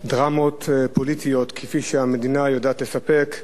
דרמות פוליטיות כפי שהמדינה יודעת לספק,